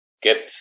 get